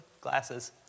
glasses